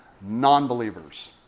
non-believers